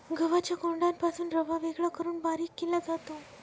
गव्हाच्या कोंडापासून रवा वेगळा करून बारीक केला जातो